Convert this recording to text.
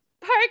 Park